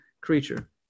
creature